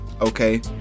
okay